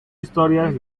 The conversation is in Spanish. historias